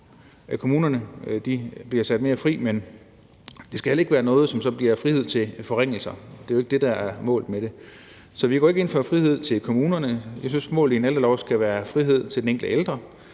at kommunerne bliver sat mere fri, men det skal heller ikke være noget, som så bliver frihed til forringelser. Det er jo ikke det, der er målet med det. Så vi går ikke ind for frihed til kommunerne. Vi synes, målet med en ældrelov skal være frihed til den enkelte ældre,